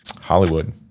Hollywood